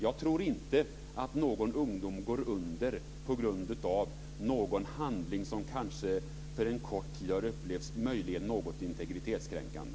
Jag tror inte att någon ung person går under på grund av någon handling som möjligen, för en kort tid, kan ha upplevts som något integritetskränkande.